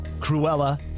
Cruella